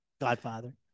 Godfather